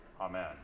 Amen